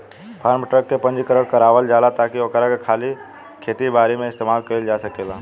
form truck के पंजीकरण करावल जाला ताकि ओकरा के खाली खेती बारी में इस्तेमाल कईल जा सकेला